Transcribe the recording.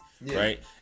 right